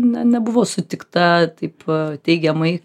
na nebuvo sutikta taip teigiamai